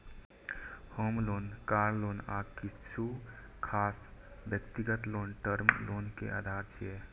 होम loan, car loan आ किछु खास व्यक्तिगत लोन टर्म लोन के उदाहरण छियै